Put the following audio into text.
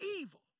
evil